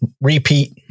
repeat